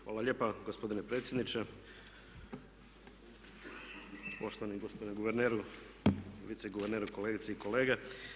Hvala lijepa gospodine predsjedniče, poštovani gospodine guverneru, viceguverneru, kolegice i kolege.